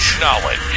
Knowledge